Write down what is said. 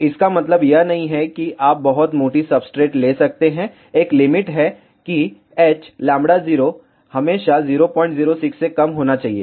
इसका मतलब यह नहीं है कि आप बहुत मोटी सब्सट्रेट ले सकते हैं एक लिमिट है किh λ0 हमेशा 006 से कम होना चाहिए